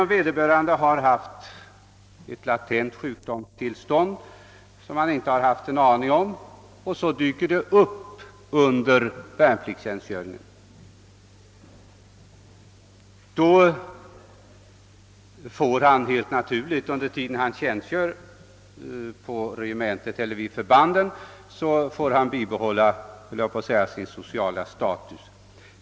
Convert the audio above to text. Om vederbörande haft en latent sjukdom, som bryter ut under militärtjänstgöringen, får han helt naturligt åtnjuta samma förmåner som Övriga värnpliktiga under den tid han tjänstgör vid förbandet.